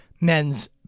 men's